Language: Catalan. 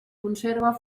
conserva